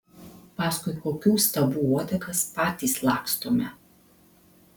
paskui kokių stabų uodegas patys lakstome